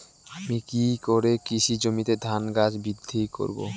আমি কী করে কৃষি জমিতে ধান গাছ বৃদ্ধি করব?